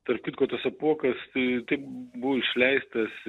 tarp kitko tas apuokas tai buvo išleistas